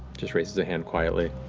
just raises a hand quietly.